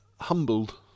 humbled